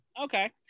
okay